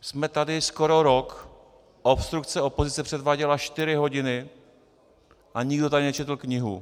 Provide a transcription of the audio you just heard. Jsme tady skoro rok a obstrukce opozice předváděla čtyři hodiny a nikdo tady nečetl knihu.